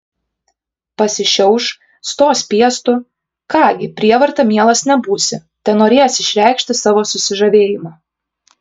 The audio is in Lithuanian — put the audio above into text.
pasišiauš stos piestu ką gi prievarta mielas nebūsi tenorėjęs išreikšti savo susižavėjimą